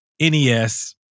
NES